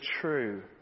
true